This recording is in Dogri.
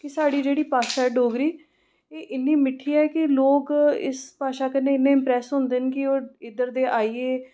कि साढ़ी जेह्ड़ी भाशा ऐ डोगरी एह् इन्नी मिट्ठी ऐ कि लोक इस भाशा कन्नै इन्ने इम्प्रैस होंदे न कि ओह् इद्धर दे आइयै